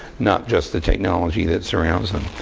not just the technology that surrounds them.